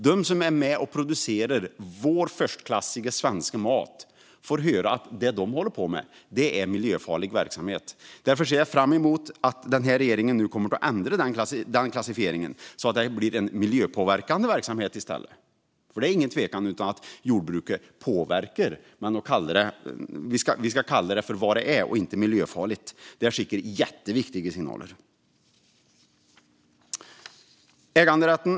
De som är med och producerar vår förstklassiga svenska mat fick höra att det som de håller på med är miljöfarlig verksamhet. Jag ser därför fram emot att regeringen ska ändra klassificeringen så att det i stället blir miljöpåverkande verksamhet. Det är ingen tvekan om att jordbruket påverkar, men vi ska kalla det för vad det är och inte för miljöfarligt. Det skickar jätteviktiga signaler. Herr talman!